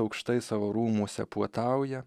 aukštai savo rūmuose puotauja